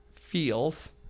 feels